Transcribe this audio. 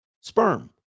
sperm